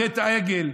בחטא העגל,